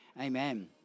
Amen